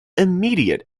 immediate